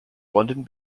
london